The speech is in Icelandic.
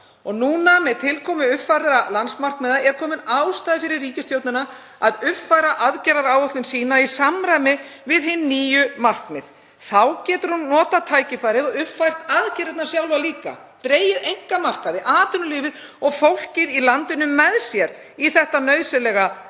ár. Með tilkomu uppfærðra landsmarkmiða er komin ástæða fyrir ríkisstjórnina að uppfæra aðgerðaáætlun sína í samræmi við hin nýju markmið. Þá getur hún notað tækifærið og uppfært aðgerðirnar sjálfar líka, dregið einkamarkaði, atvinnulífið og fólkið í landinu með sér í þetta nauðsynlega verkefni